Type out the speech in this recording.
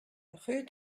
rue